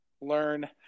learn